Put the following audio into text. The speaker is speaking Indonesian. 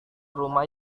rumah